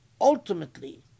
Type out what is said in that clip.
ultimately